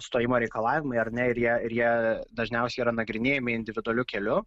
stojimo reikalavimai ar ne ir ją ir jie dažniausiai yra nagrinėjami individualiu keliu